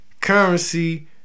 Currency